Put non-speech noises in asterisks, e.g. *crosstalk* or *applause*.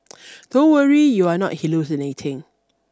*noise* don't worry you are not hallucinating